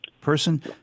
person